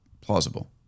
plausible